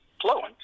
flowing